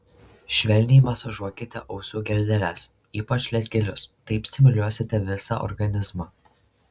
švelniai masažuokite ausų geldeles ypač lezgelius taip stimuliuosite visą organizmą